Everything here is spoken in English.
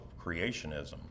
creationism